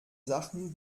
sachen